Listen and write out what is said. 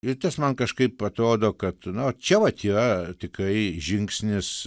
ir tas man kažkaip atrodo kad na čia vat yra tikrai žingsnis